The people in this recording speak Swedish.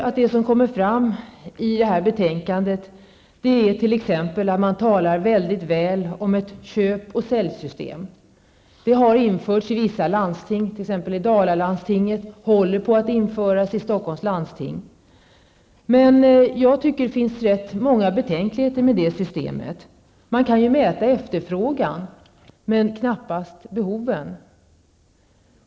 I det här betänkandet talar man väldigt väl om ett köp och säljsystem. Ett sådant system har införts i vissa landsting, t.ex i Dalarna, och håller på att införas i Stockholms landsting. Men enligt min uppfattning finns det rätt många betänkligheter kring detta system. Man kan visserligen mäta efterfrågan, men knappast behoven.